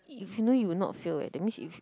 if you knew you would not fail eh that means if